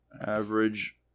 Average